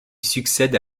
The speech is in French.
succède